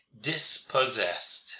dispossessed